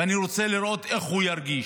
ואני רוצה לראות איך הוא ירגיש,